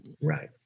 Right